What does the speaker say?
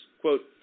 Quote